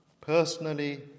personally